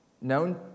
known